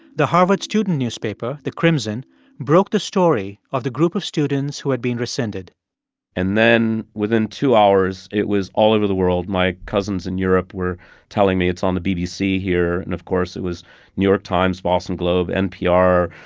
the harvard student newspaper the crimson broke the story of the group of students who had been rescinded and then within two hours, it was all over the world. my cousins in europe were telling me it's on the bbc here. and of course, it was new york times, boston globe, npr,